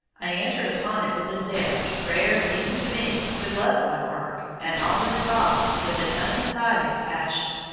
i entered upon it with a zest rare even to me who love my work and all it involves with an undivided passion.